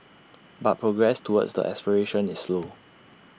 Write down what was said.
but progress towards the aspiration is slow